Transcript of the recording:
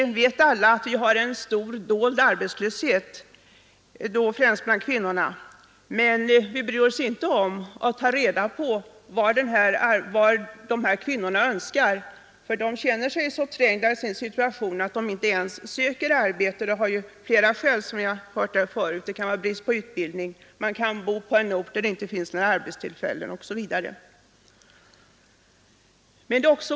Vi vet alla att det finns en stor dold arbetslöshet, främst bland kvinnorna, men vi bryr oss inte ens om att ta reda på vad dessa kvinnor önskar; de känner sig så trängda i sin svåra situation att de inte söker något arbete. Detta kan ha flera skäl: det kan bero på bristande utbildning, de kan bo på en ort där det inte finns några arbetstillfällen osv.